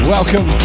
Welcome